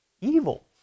evil